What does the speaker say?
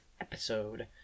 episode